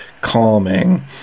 calming